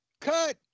cut